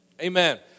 amen